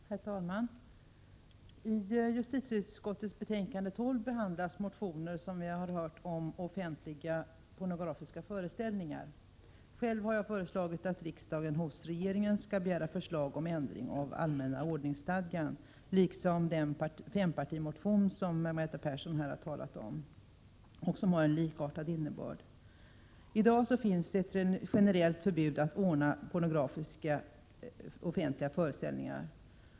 Herr talman! I justitieutskottets betänkande 12 behandlas, som vi har hört, motioner om offentliga pornografiska föreställningar. Själv har jag föreslagit att riksdagen hos regeringen skall begära förslag om ändring av allmänna ordningsstadgan. Den fempartimotion som Margareta Persson här har talat om har likartad innebörd. I dag finns ett generellt förbud mot att anordna pornografiska föreställningar.